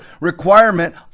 requirement